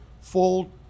full